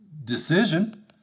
decision